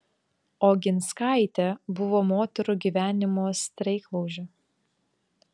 oginskaitė buvo moterų gyvenimo streiklaužė